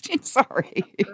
Sorry